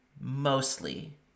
mostly